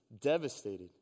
devastated